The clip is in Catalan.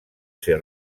ser